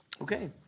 Okay